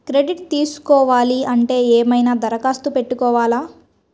Credit తీసుకోవాలి అంటే ఏమైనా దరఖాస్తు పెట్టుకోవాలా?